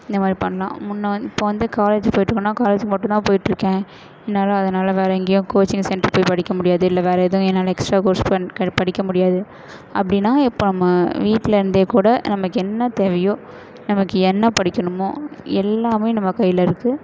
இந்த மாதிரி பண்ணலாம் முன்னே வந்து இப்போ வந்து காலேஜு போய்ட்டிருக்கோன்னா காலேஜுக்கு மட்டும் தான் போய்ட்டிருக்கேன் என்னாலே அதனாலே வேறு எங்கேயும் கோச்சிங் சென்டர் போய் படிக்க முடியாது இல்லை வேறு ஏதும் என்னால் எக்ஸ்ட்ரா கோர்ஸ் பண் க படிக்க முடியாது அப்படின்னா இப்போ நம்ம வீட்டிலிருந்தே கூட நமக்கு என்ன தேவையோ நம்மளுக்கு என்ன படிக்கணுமோ எல்லாமே நம்ம கையில் இருக்குது